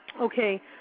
Okay